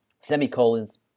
semicolons